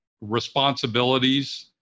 responsibilities